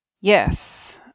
Yes